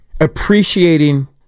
appreciating